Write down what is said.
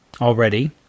already